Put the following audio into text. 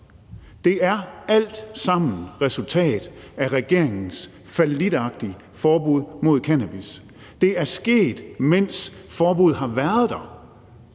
Det er alt sammen et resultat af regeringens fallitagtige forbud mod cannabis. Det er sket, mens forbuddet har været der.